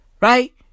Right